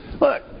look